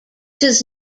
does